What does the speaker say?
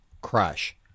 crush